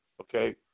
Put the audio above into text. okay